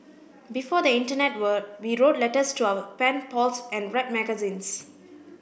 before the internet world we wrote letters to our pen pals and read magazines